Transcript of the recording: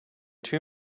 too